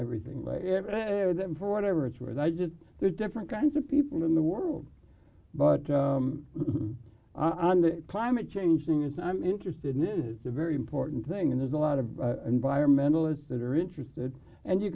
everything there that for whatever it's worth i just there's different kinds of people in the world but on the climate change thing is i'm interested in is a very important thing and there's a lot of environmental issues that are interested and you